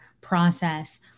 process